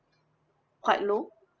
quite low